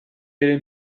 wir